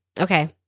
okay